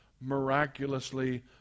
miraculously